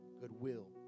goodwill